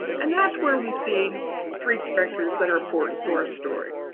and that's where we see three characters that are important to our story.